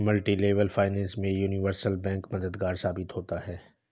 multilevel finance में universal bank मददगार साबित होता है